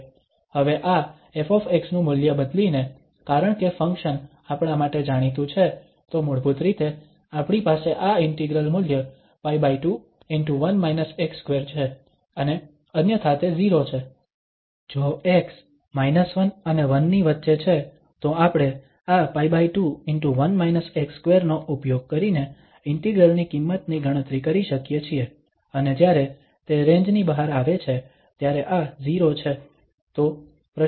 હવે આ ƒ નું મૂલ્ય બદલીને કારણ કે ફંક્શન આપણા માટે જાણીતું છે તો મૂળભૂત રીતે આપણી પાસે આ ઇન્ટિગ્રલ મૂલ્ય π2✕ છે અને અન્યથા તે 0 છે જો x 1 અને 1 ની વચ્ચે છે તો આપણે આ π2 ✕ નો ઉપયોગ કરીને ઇન્ટિગ્રલ ની કિંમતની ગણતરી કરી શકીએ છીએ અને જ્યારે તે રેન્જ ની બહાર આવે છે ત્યારે આ 0 છે